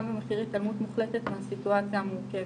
גם בהתעלמות מוחלטת מהסיטואציה המורכבת.